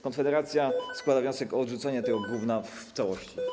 Konfederacja składa wniosek o odrzucenie tego gówna w całości.